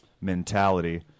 mentality